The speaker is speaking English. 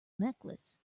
necklace